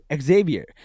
Xavier